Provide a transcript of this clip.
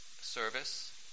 service